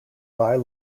bye